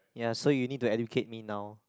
ya so you need to educate me now